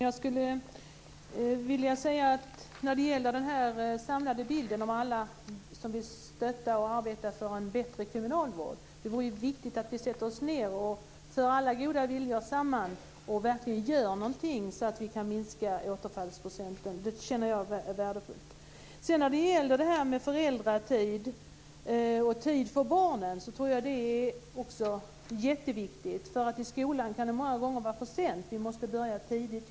Fru talman! När det gäller den samlade bilden och alla som vill stötta och arbeta för en bättre kriminalvård är det viktigt att vi sätter oss ned, för alla goda viljor samman och verkligen gör någonting så att vi kan minska återfallsprocenten. Det känner jag är värdefullt. Jag tror att det är jätteviktigt med föräldratid och tid för barnen. I skolan kan det många gånger vara för sent. Vi måste börja tidigt.